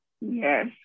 Yes